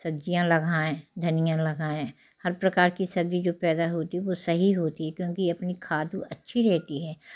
सब्जियाँ लगायें धनियाँ लगायें हर प्रकार की सब्जी जो पैदा होती है वो सही होती है क्योंकि अपनी खाद अच्छी रहती है